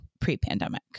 pre-pandemic